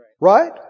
Right